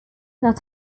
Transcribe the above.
not